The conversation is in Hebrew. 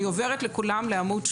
אני בעמוד 2,